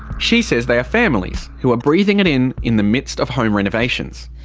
she says they are families who are breathing it in in the midst of home renovations.